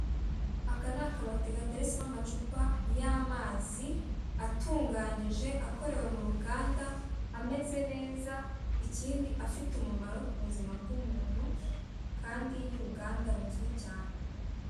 Aka ni akabati gateretsemo amacupa y' amazi atunganyije akorewe mu ruganda ameze neza, ikindi afite umumaro ku buzima bw' umuntu kandi y' uruganda ruzwi cyane.